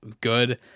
good